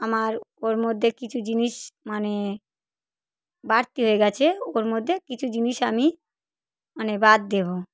আমার ওর মধ্যে কিছু জিনিস মানে বাড়তি হয়ে গেছে ওর মধ্যে কিছু জিনিস আমি মানে বাদ দেবো